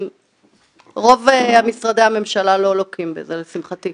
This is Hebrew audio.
רוב משרדי הממשלה לא לוקים בזה, לשמחתי.